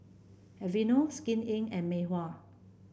Aveeno Skin Inc and Mei Hua